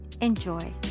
Enjoy